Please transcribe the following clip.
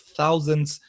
thousands